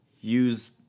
use